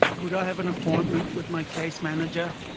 could i have an appointment with my case manager,